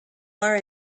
are